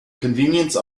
convenience